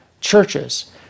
churches